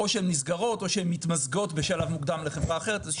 או שהן נסגרות או שהן מתמזגות בשלב מוקדם לחברה אחרת.